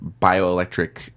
bioelectric